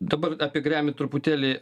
dabar apie grammy truputėlį